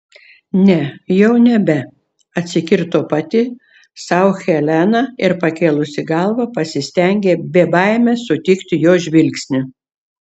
ne jau nebe atsikirto pati sau helena ir pakėlusi galvą pasistengė be baimės sutikti jo žvilgsnį